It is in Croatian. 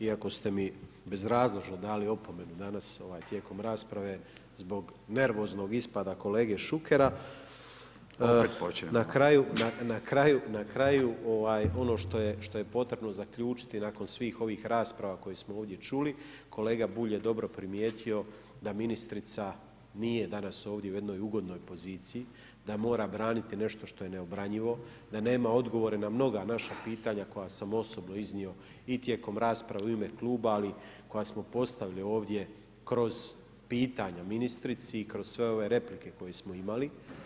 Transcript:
Iako ste mi bezrazložno dali opomenu danas tijekom rasprave zbog nervoznog ispada kolege Šukera, [[Upadica Radin: Opet počinjemo.]] Na kraju ono što je potrebno zaključiti nakon svih ovih rasprava koje smo ovdje čuli, kolega Bulj je dobro primijetio da ministrica nije danas ovdje u jednoj ugodnoj poziciji, da mora braniti nešto što je neobranjivo, da nema odgovore na mnoga naša pitanja koja sam osobno iznio i tijekom rasprave u ime Kluba, ali koja smo postavili ovdje kroz pitanja ministrici i kroz sve ove replike koje smo imali.